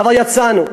אבל יצאנו,